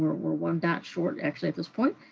we're we're one dot short, actually, at this point,